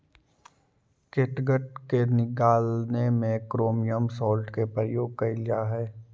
catgut के निकालने में क्रोमियम सॉल्ट के प्रयोग कइल जा हई